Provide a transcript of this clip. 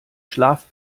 schlaf